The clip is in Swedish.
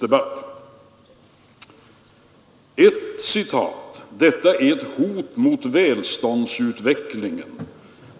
Ett citat lyder: Detta är ett ”hot mot välståndsutvecklingen.